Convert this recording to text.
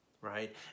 right